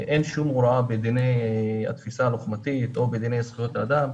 אין שום הוראה בדיני התפיסה הלוחמתית או בדיני זכויות אדם,